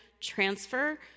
transfer